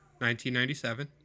1997